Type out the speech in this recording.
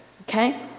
Okay